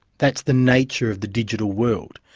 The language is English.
that's the nature of the digital world.